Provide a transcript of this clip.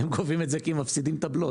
הם גובים את זה כי הם מפסידים את הבלו.